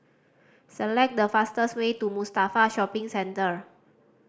select the fastest way to Mustafa Shopping Centre